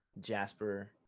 Jasper